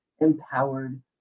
empowered